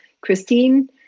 Christine